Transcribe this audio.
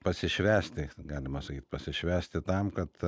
pasišvęsti galima sakyt pasišvęsti tam kad